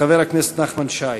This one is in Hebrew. חבר הכנסת נחמן שי.